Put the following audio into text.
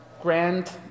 grand